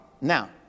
now